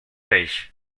page